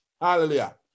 Hallelujah